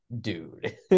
dude